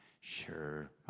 sure